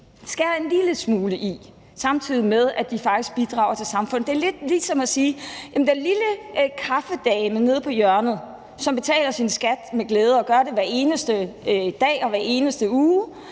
skære en lille smule i, samtidig med at de faktisk bidrager til samfundet. Det er lidt ligesom at sige, at når den lille kaffedame nede på hjørnet betaler sin skat med glæde og gør det hver eneste dag og hver eneste uge,